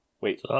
wait